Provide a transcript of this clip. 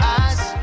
eyes